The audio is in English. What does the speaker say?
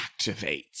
activates